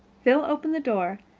phil opened the door,